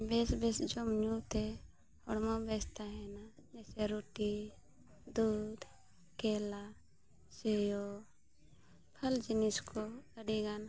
ᱵᱮᱥ ᱵᱮᱥ ᱡᱚᱢ ᱧᱩ ᱛᱮ ᱦᱚᱲᱢᱚ ᱵᱮᱥ ᱛᱟᱦᱮᱱᱟ ᱡᱮ ᱥᱮ ᱨᱩᱴᱤ ᱫᱩᱫ ᱠᱮᱞᱟ ᱥᱤᱭᱳ ᱦᱟᱞ ᱡᱤᱱᱤᱥ ᱠᱚ ᱟᱹᱰᱤ ᱜᱟᱱ